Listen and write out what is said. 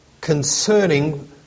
concerning